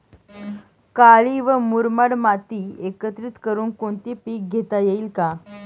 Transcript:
काळी व मुरमाड माती एकत्रित करुन कोणते पीक घेता येईल का?